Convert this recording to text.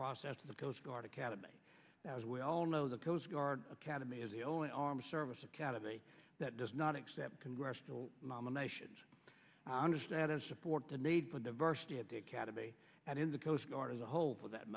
process to the coast guard academy now as we all know the coast guard academy is the only armed service academy that does not accept congressional nominations i understand and support the need for diversity at the academy and in the coast guard as a whole for that